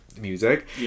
music